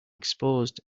exposed